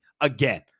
again